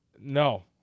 No